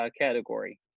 category